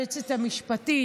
היועצת המשפטית,